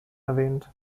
erwähnt